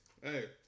hey